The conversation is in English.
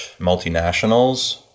multinationals